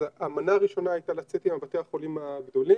אז המנה הראשונה הייתה לצאת עם בתי החולים הגדולים,